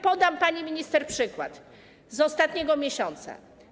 Podam pani minister przykład z ostatniego miesiąca.